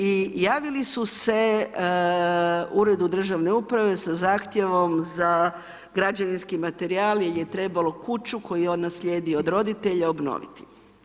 I javili su se Uredu državne uprave sa zahtjevom za građevinski materijal jer je trebalo kuću koju je on naslijedio od roditelja obnoviti.